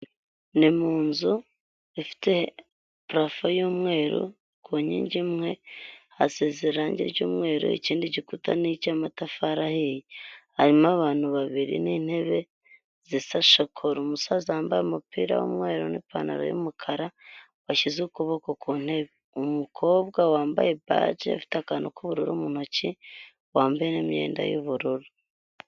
Ni mu nzu ifite purafo y'umweru, ku nkingi imwe hasize irange ry'umweru, ikindi gikuta ni icy'amatafari ahiye. Harimo abantu babiri n'intebe zisa shakora. Umusaza wambaye umupira w'umweru n'ipantaro y'umukara, washyize ukuboko ku ntebe. Umukobwa wambaye baji, ufite akantu k'ubururu mu ntoki, wambaye n'imyenda y'ubururu.